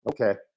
okay